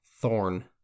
thorn